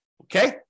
Okay